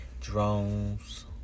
Drones